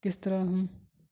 کس طرح ہم